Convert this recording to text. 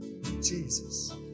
Jesus